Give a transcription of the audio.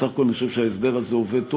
בסך הכול אני חושב שההסדר הזה עובד טוב.